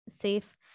safe